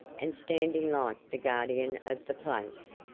and standing like the guardian of the place.